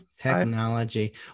technology